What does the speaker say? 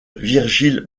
virgile